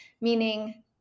meaning